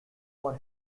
for